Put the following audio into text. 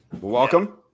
Welcome